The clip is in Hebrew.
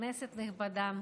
כנסת נכבדה,